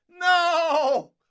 No